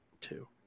two